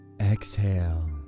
Exhale